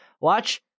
watch